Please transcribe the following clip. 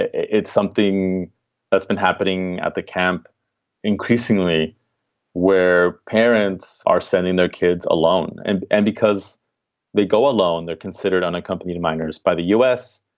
it's something that's been happening at the camp increasingly where parents are sending their kids alone. and and because they go alone, they're considered unaccompanied minors by the u s.